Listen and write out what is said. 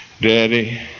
Daddy